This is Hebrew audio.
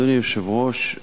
אדוני היושב-ראש,